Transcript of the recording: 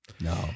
No